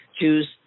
choose